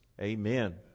Amen